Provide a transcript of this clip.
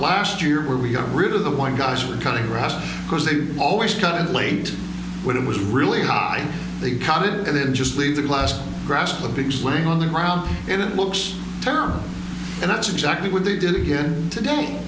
last year where we got rid of the white guys were cutting grass because they always cut late when it was really high they caught it and then just leave the glass grass clippings laying on the ground and it looks terrible and that's exactly what they did